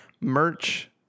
merch